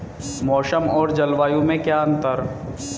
मौसम और जलवायु में क्या अंतर?